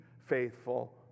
faithful